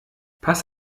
pass